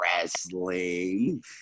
wrestling